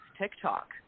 TikTok